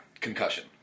Concussion